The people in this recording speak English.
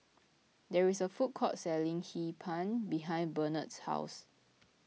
there is a food court selling Hee Pan behind Barnett's house